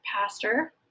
pastor